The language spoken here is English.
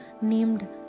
named